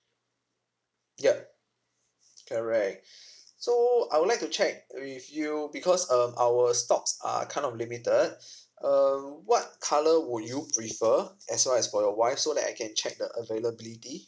yup correct so I would like to check with you because um our stocks are kind of limited uh what colour would you prefer as well as for your wife so that I can check the availability